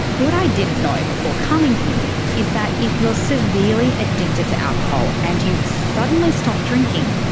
what i didn't know before coming here is that if you're severely addicted to alcohol and you suddenly stop drinking,